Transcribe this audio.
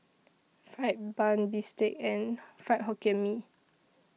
Fried Bun Bistake and Fried Hokkien Mee